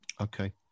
Okay